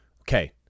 Okay